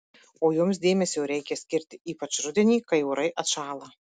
o joms dėmesio reikia skirti ypač rudenį kai orai atšąla